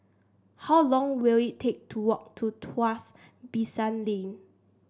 how long will it take to walk to Tuas Basin Lane